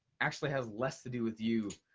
actually has less to do with you